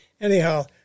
anyhow